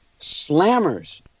slammers